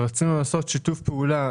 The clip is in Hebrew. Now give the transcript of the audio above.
רצינו שיתוף פעולה